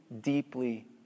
deeply